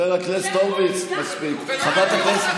לא יכולים לשלם חשבון?